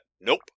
Nope